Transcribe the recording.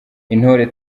intore